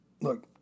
Look